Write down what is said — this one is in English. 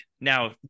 now